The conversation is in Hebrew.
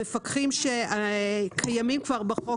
המפקחים שקיימים כבר בחוק,